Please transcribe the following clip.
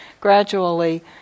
gradually